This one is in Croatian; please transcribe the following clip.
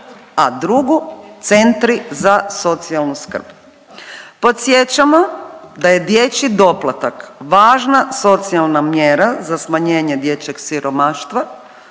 a drugu centri za socijalnu skrb. Podsjećamo da je dječji doplatak važna socijalna mjera za smanjenje dječjeg siromaštva